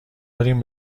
داریم